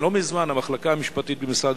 לא מזמן המחלקה המשפטית במשרד,